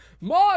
more